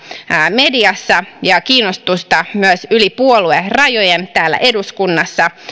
mediassa ja kiinnostusta myös yli puoluerajojen täällä eduskunnassa